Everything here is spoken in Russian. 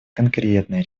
конкретные